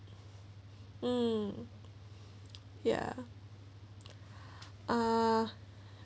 um ya uh